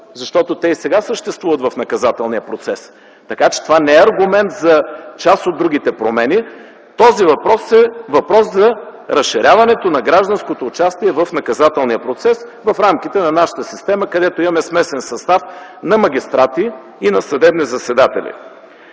Защото те и сега съществуват в наказателния процес, така че това не е аргумент за част от другите промени. Този въпрос е за разширяването на гражданското участие в наказателния процес в рамките на нашата система, където имаме смесен състав на магистрати и на съдебни заседатели.